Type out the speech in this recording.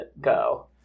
go